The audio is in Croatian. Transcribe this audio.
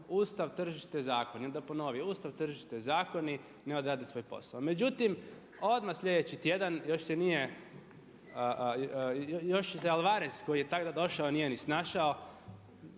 ustav, tržište, zakoni. I onda ponovi ustav, tržište, zakoni, ne odrade svoj posao. Međutim, odmah sljedeći tjedan, još se nije, još se i Alvarez, koji je tada došao nije ni snašao.